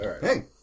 Hey